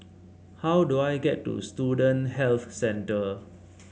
how do I get to Student Health Centre